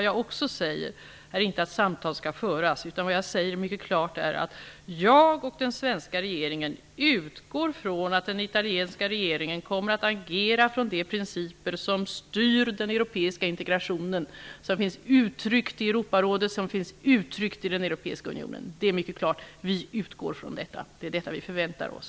Jag säger inte att samtal skall föras, utan vad jag mycket klart säger är att jag och den svenska regeringen utgår från att den italienska regeringen kommer att agera utifrån de principer som styr den europeiska integrationen som finns uttryckt i Europarådet och i den europeiska unionen. Detta är mycket klart. Vi utgår från detta, och det är detta vi förväntar oss.